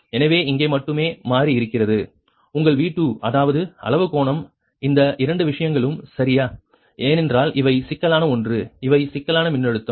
எனவே இங்கே மட்டுமே மாறி இருக்கிறது உங்கள் V2 அதாவது அளவு கோணம் இந்த இரண்டு விஷயங்களும் சரியா ஏனென்றால் இவை சிக்கலான ஒன்று இவை சிக்கலான மின்னழுத்தம்